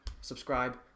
subscribe